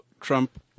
Trump